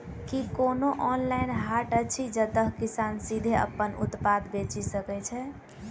की कोनो ऑनलाइन हाट अछि जतह किसान सीधे अप्पन उत्पाद बेचि सके छै?